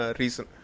reason